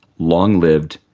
long-lived,